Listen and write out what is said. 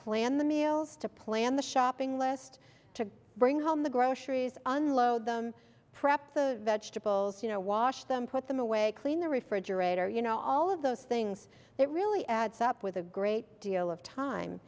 plan the meals to plan the shopping list to bring home the groceries unload them prepped the vegetables you know wash them put them away clean the refrigerator you know all of those things that really adds up with a great deal of time